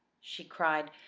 she cried,